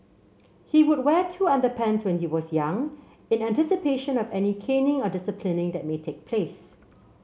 he would wear two underpants when he was young in anticipation of any caning or disciplining that may take place